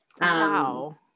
Wow